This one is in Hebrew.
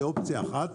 זו אופציה אחת.